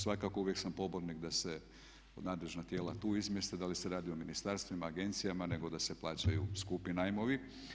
Svakako uvijek sam pobornik da se nadležna tijela tu izmjeste, da li se radi o ministarstvima, agencijama, nego da se plaćaju skupi najmovi.